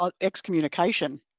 excommunication